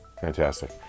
Fantastic